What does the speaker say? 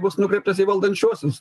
bus nukreiptas į valdančiuosius